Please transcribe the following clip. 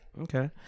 Okay